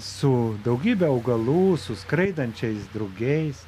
su daugybe augalų su skraidančiais drugiais